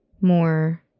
more